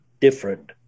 different